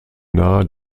nahe